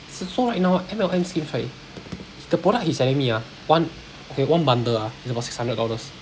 so right now right M_L_M schemes right the product he's selling me ah one okay one bundle ah is about six hundred dollars